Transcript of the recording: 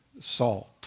salt